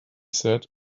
said